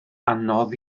anodd